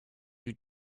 you